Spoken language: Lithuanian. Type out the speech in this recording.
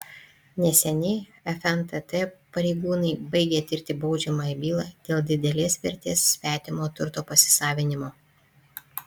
neseniai fntt pareigūnai baigė tirti baudžiamąją bylą dėl didelės vertės svetimo turto pasisavinimo